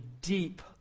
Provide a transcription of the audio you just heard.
deep